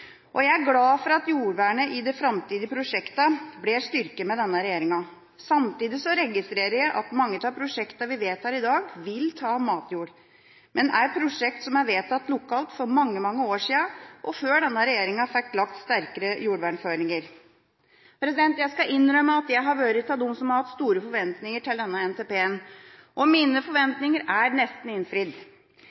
matjorda. Jeg er glad for at jordvernet i framtidige prosjekter blir styrket med denne regjeringa. Samtidig registrerer jeg at mange av prosjektene vi vedtar i dag, vil ta matjord, men det er prosjekter som er vedtatt lokalt for mange, mange år siden, og før denne regjeringa fikk lagt sterkere jordvernføringer. Jeg skal innrømme at jeg har vært blant dem som har hatt store forventninger til denne NTP-en. Mine forventninger er nesten innfridd.